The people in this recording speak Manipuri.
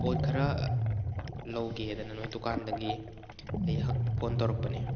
ꯄꯣꯠ ꯈꯔ ꯂꯧꯒꯦꯗꯅ ꯅꯣꯏ ꯗꯨꯀꯥꯟꯗꯒꯤ ꯑꯩ ꯐꯣꯟ ꯇꯧꯔꯛꯄꯅꯤ